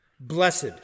Blessed